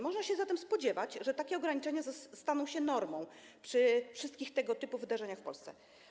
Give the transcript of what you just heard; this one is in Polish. Można się zatem spodziewać, że takie ograniczenia staną się normą przy wszystkich tego typu wydarzeniach w Polsce.